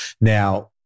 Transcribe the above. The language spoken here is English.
Now